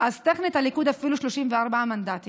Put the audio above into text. אז טכנית הליכוד הוא אפילו 34 מנדטים.